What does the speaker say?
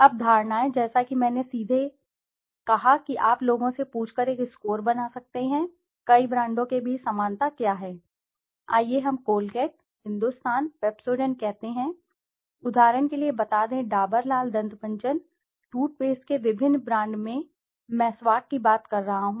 अब धारणाएं जैसा कि मैंने सीधे कहा कि आप लोगों से पूछकर एक स्कोर बना सकते हैं कई ब्रांडों के बीच समानता क्या है आइए हम कोलगेट हिंदुस्तान पेप्सोडेंट कहते हैं उदाहरण के लिए बता दें डाबर लाल दंत मंजन टूथपेस्ट के विभिन्न ब्रांड मैं मेसवाक की बात कर रहा हूं